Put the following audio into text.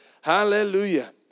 Hallelujah